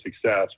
success